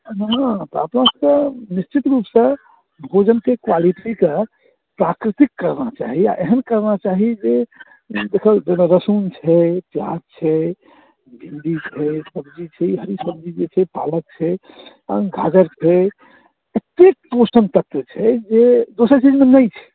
तऽ अपना सबके निश्चित रूपसँ भोजनके क़्वालिटीके प्राकृतिक करना चाही आ एहन करना चाही जे एखन एहिमे लहसुन छै प्याज छै भिन्डी छै सब्जी छै ई हरी सब्जी जे छै पालक छै गाजर छै ततेक पोषण तत्व छै जे दोसर चीजमे नहि छै